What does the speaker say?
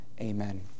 Amen